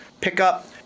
pickup